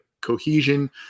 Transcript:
cohesion